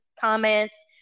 comments